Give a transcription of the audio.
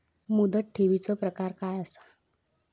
मुदत ठेवीचो प्रकार काय असा?